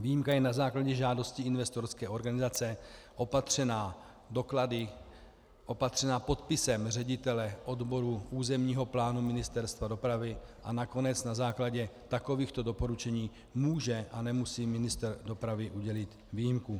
Výjimka je na základě žádosti investorské organizace opatřena doklady, opatřena podpisem ředitele odboru územního plánu Ministerstva dopravy, a nakonec na základě takovýchto doporučení může a nemusí ministr dopravy udělit výjimku.